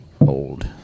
old